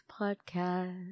Podcast